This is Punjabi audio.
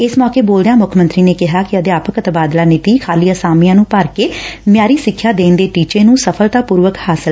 ਇਸ ਮੌਕੇ ਬੋਲਦਿਆਂ ਮੁੱਖ ਮੰਤਰੀ ਨੇ ਕਿਹਾ ਕਿ ਅਧਿਆਪਕ ਤਬਾਦਲਾ ਨੀਤੀ ਖਾਲੀ ਅਸਾਮੀਆਂ ਨੂੰ ਭਰਕੇ ਮਿਆਰੀ ਸਿੱਖਿਆ ਦੇਣ ਦੇ ਟੀਚੇ ਨੂੰ ਸਫ਼ਲਤਾ ਪੂਰਵਕ ਹਾਸਲ ਕਰਨ ਚ ਮਦਦਗਾਰ ਰਹੀ ਐ